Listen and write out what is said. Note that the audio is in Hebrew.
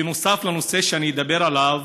בנוסף לנושא שאני אדבר עליו,